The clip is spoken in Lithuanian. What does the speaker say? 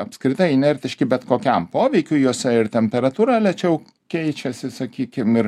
apskritai inertiški bet kokiam poveikiui juose ir temperatūra lėčiau keičiasi sakykim ir